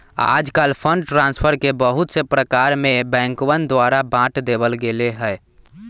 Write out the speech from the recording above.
आजकल fund transfer के बहुत से प्रकार में बैंकवन द्वारा बांट देवल गैले है